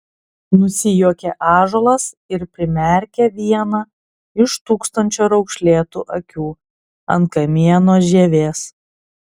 nusijuokė ąžuolas ir primerkė vieną iš tūkstančio raukšlėtų akių ant kamieno žievės